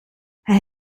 hij